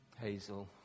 Hazel